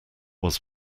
was